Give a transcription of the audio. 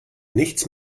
nichts